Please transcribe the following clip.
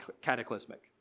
cataclysmic